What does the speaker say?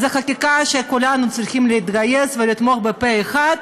אז זאת חקיקה שכולנו צריכים להתגייס ולתמוך בה פה אחד,